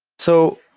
so,